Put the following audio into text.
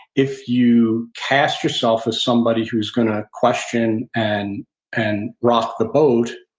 if you cast yourself as somebody who's going to question and and rock the boat,